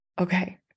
Okay